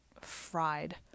fried